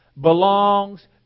belongs